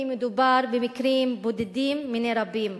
ברור כאן כי מדובר במקרים בודדים מני רבים.